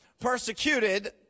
persecuted